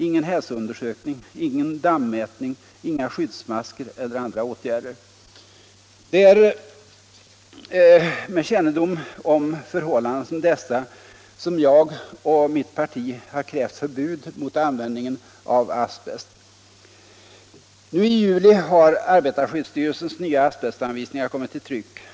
Ingen hälsoundersökning, ingen dammätning, inga skyddsmasker eller andra åtgärder.” Det är med kännedom om förhållanden som dessa som jag och mitt parti har krävt förbud mot användningen av asbest. Nu i juli har arbetarskyddsstyrelsens nya asbestanvisningar kommit i tryck.